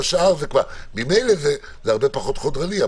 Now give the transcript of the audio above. ממילא זה הרבה פחות חודרני.